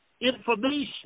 information